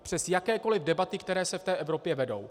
Přes jakékoli debaty, které se v té Evropě vedou.